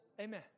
Amen